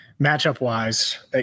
Matchup-wise